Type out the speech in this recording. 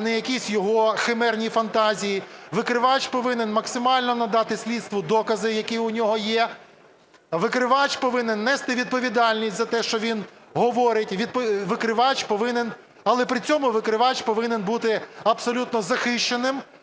не якісь його химерні фантазії. Викривач повинен максимально надати слідству докази, які у нього є. Викривач повинен нести відповідальність за те, що він говорить, але при цьому викривач повинен бути абсолютно захищеним